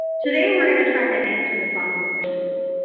today we're gonna try to answer the following questions.